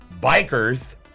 bikers